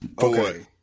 Okay